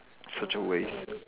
such a waste